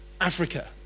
Africa